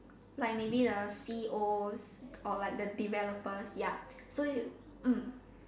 like maybe the C_E_Os or like the developers ya so you mm